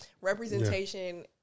representation